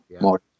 more